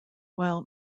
while